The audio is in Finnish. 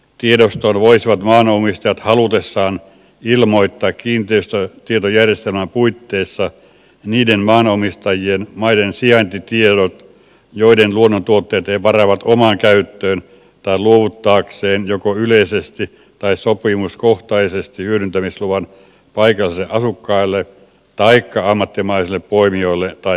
tiedostoon voisivat maanomistajat halutessaan ilmoittaa kiinteistötietojärjestelmän puitteissa niiden maanomistajien maiden sijaintitiedot joiden luonnontuotteita he varaavat omaan käyttöön tai luovuttaakseen joko yleisesti tai sopimuskohtaisesti hyödyntämisluvan paikallisille asukkaille taikka ammattimaisille poimijoille tai poimintayrityksille